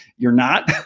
you're not,